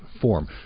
form